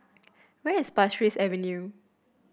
where is Pasir Ris Avenue